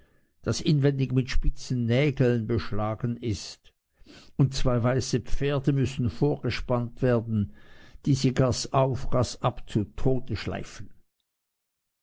das inwendig mit spitzen nägeln beschlagen ist und zwei weiße pferde müssen vorgespannt werden die sie gasse auf gasse ab zu tode schleifen